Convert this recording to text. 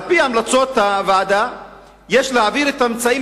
על-פי המלצות הוועדה יש להעביר את הממצאים